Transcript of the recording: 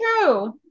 true